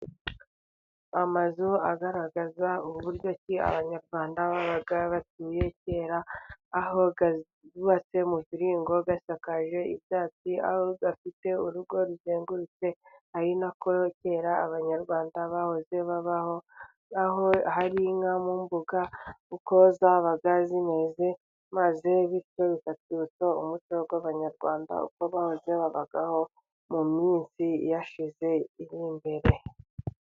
Amazu agaragaza uburyo ki abanyarwanda babaga batuye kera, aho bubatse muviringo basakaje ibyatsi, aho bafite urugo ruzengurutse ari nako kera abanyarwanda bahoze babaho, hari inka mu mbuga uko zabaga zimeze, maze bityo bikerekana umuco w'abanyarwanda uko bahoze babaho mu minsi yashize iri imbere.